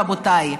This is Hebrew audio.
רבותיי.